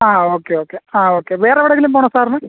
ആ okay okay ആ okay വേറെവിടെങ്കിലും പോകണോ സാറിന്